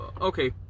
okay